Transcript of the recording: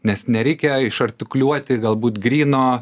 nes nereikia išartikuliuoti galbūt gryno